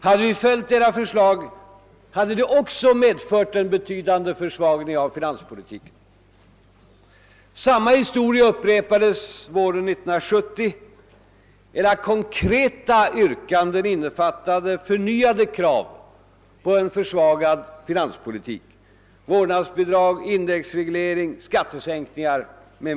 Hade vi följt era förslag hade det också medfört en betydande försvagning av finanspolitiken. Samma historia upprepades våren 1970. Era konkreta yrkanden innefattade förnyade krav på en försvagad finanspolitik: vårdnadsbidrag, indexreglering, skattesänkningar i. MM.